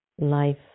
life